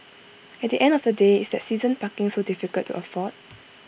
at the end of the day is that season parking so difficult to afford